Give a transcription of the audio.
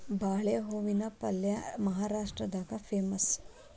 ಬಾಳೆ ಹೂವಿನ ಪಲ್ಯೆ ಮಹಾರಾಷ್ಟ್ರದಾಗ ಪೇಮಸ್